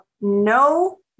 no